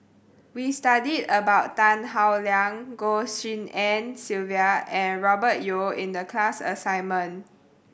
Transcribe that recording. we studied about Tan Howe Liang Goh Tshin En Sylvia and Robert Yeo in the class assignment